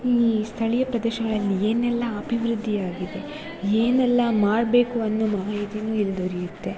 ಈ ಸ್ಥಳೀಯ ಪ್ರದೇಶಗಳಲ್ಲಿ ಏನೆಲ್ಲ ಅಭಿವೃದ್ಧಿ ಆಗಿದೆ ಏನೆಲ್ಲ ಮಾಡಬೇಕು ಅನ್ನೋ ಮಾಹಿತಿಯೂ ಇಲ್ಲಿ ದೊರೆಯುತ್ತೆ